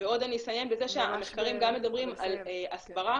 אני אסיים בזה שהמחקרים גם מדברים על הסברה